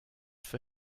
für